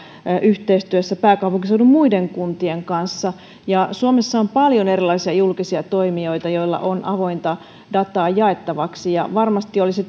yhteistyössä pääkaupunkiseudun muiden kuntien kanssa ja suomessa on paljon erilaisia julkisia toimijoita joilla on avointa dataa jaettavaksi varmasti olisi